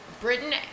Britain